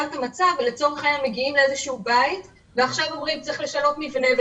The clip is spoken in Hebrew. לצורך העניין מגיעים לאיזשהו בית ועכשיו אומרים שצריך לשנות מבנה,